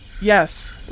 Yes